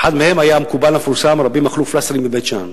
אחד מהם היה המקובל המפורסם רבי מכלוף לסרי מבית-שאן,